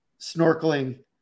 snorkeling